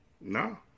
No